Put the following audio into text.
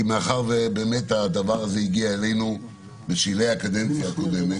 כי מאחר שבאמת הדבר הזה הגיע אלינו בשלהי הקדנציה הקודמת.